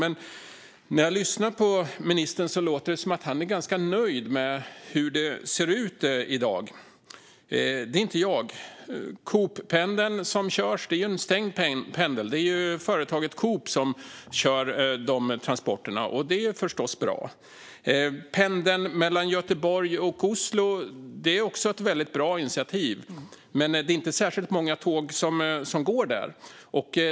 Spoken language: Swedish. Men när jag lyssnar på ministern låter det som att han är ganska nöjd med hur det ser ut i dag. Det är inte jag. Cooppendeln som körs är en stängd pendel. Dessa transporter körs ju av företaget Coop. Det är förstås bra. Pendeln mellan Göteborg och Oslo är också ett väldigt bra initiativ, men det är inte särskilt många tåg som går där.